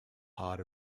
part